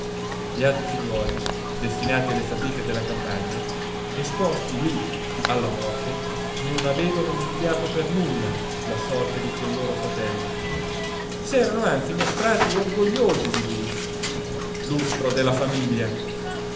gli altri figliuoli destinati alle fatiche della campagna esposti lì alla morte non avevano invidiato per nulla la sorte di quel loro fratello s'erano anzi mostrati orgogliosi di lui lustro della famiglia